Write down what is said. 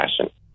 passion